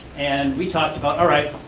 and we talked about, alright,